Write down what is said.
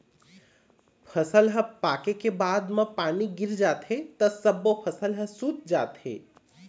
फसल ह पाके के बाद म पानी गिर जाथे त सब्बो फसल ह सूत जाथे